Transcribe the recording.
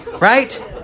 Right